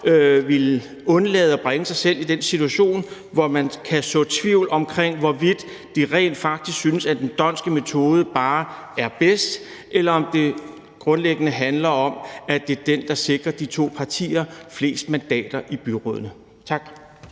ville undlade at bringe sig selv i den situation, hvor man kan så tvivl om, hvorvidt de rent faktisk synes, at den d'Hondtske metode bare er bedst, eller om det grundlæggende handler om, at det er den, der sikrer de to partier flest mandater i byrådene. Tak.